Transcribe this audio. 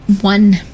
One